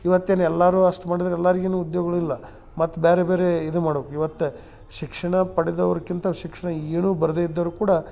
ಇವತ್ತೇನು ಎಲ್ಲಾರು ಅಷ್ಟು ಮಾಡಿದ್ರೆ ಎಲ್ಲರಿಗುನು ಉದ್ಯೋಗಗಳಿಲ್ಲ ಮತ್ತು ಬ್ಯಾರೆ ಬ್ಯಾರೆ ಇದು ಮಾಡ್ಬೇಕು ಇವತ್ತು ಶಿಕ್ಷಣ ಪಡೆದವ್ರ್ಕಿಂತ ಶಿಕ್ಷಣ ಏನು ಬರದೇ ಇದ್ದವರು ಕೂಡ